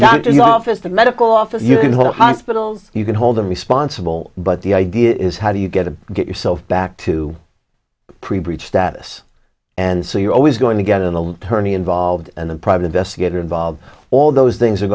doctor's office the medical office you can hold hospitals you can hold them responsible but the idea is how do you get to get yourself back to pre breathe status and so you're always going to get in the tourney involved and the private investigator involved all those things are